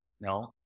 No